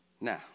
Now